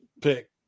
pick